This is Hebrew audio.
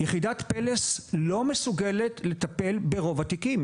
יחידת "פלס" לא מסוגלת לטפל ברוב התיקים.